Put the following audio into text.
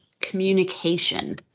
communication